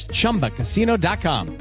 ChumbaCasino.com